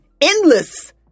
endless